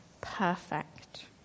perfect